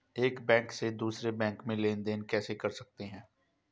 एक बैंक से दूसरे बैंक में लेनदेन कैसे कर सकते हैं?